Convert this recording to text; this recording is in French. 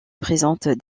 présente